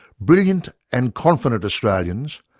brilliant and confident australians,